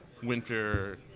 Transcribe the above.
winter